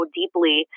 deeply